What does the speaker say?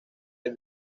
del